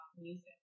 music